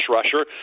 rusher